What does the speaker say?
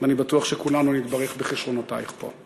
ואני בטוח שכולנו נתברך בכישרונותייך פה.